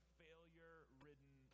failure-ridden